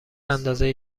اندازه